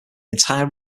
entire